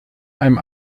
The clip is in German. einem